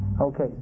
Okay